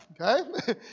okay